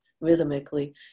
rhythmically